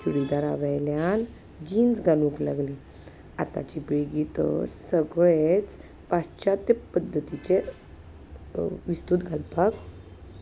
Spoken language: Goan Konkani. चुडीदारावयल्यान जिन्स घालूंक लागली आतांची पिळगी तर सगळेंच पाश्चात्य पद्दतीचे विस्तूद घालपाक